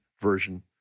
version